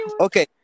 Okay